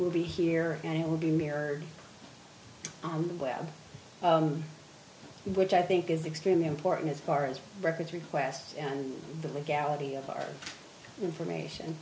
will be here and it will be mirrored on the web which i think is extremely important as far as records requests and the legality of our information